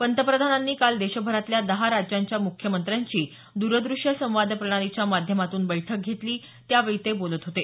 पंतप्रधानांनी काल देशभरातल्या दहा राज्यांच्या मुख्यमंत्र्यांची द्रदृश्य संवाद प्रणालीच्या माध्यमातून बैठक घेतली त्यावेळी ते बोलत होते